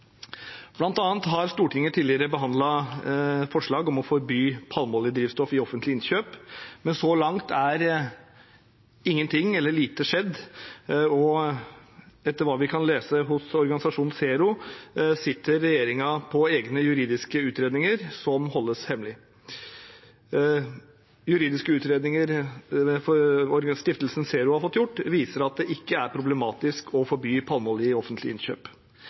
har Stortinget tidligere behandlet forslag om å forby palmeoljedrivstoff i offentlige innkjøp, men så langt er lite eller ingenting skjedd, og etter hva vi kan lese hos stiftelsen ZERO, sitter regjeringen på egne juridiske utredninger som holdes hemmelig. Juridiske utredninger stiftelsen ZERO har fått gjort, viser at det ikke er problematisk å forby palmeolje i offentlige innkjøp.